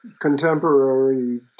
contemporary